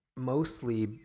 mostly